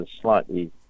slightly